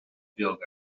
beag